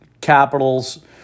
Capitals